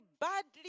badly